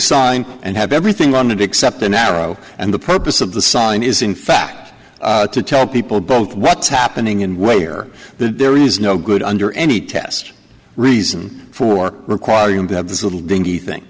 sign and have everything on it except an arrow and the purpose of the sign is in fact to tell people both what's happening in way here that there is no good under any test reason for requiring them to have this little dinky thing